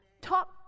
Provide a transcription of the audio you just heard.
Talk